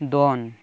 ᱫᱚᱱ